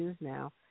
now